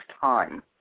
time